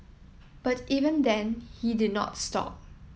but even then he did not stop